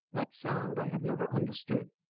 that sound i have never understood.